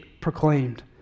proclaimed